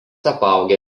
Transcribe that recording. apaugę